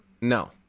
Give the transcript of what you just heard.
No